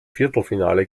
viertelfinale